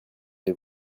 les